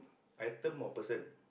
item or person